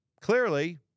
Clearly